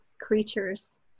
creatures